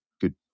good